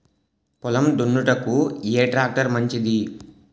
పొలం దున్నుటకు ఏ ట్రాక్టర్ మంచిది?